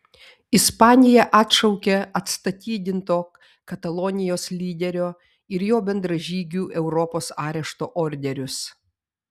ispanija atšaukė atstatydinto katalonijos lyderio ir jo bendražygių europos arešto orderius